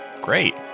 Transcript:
Great